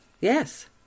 Yes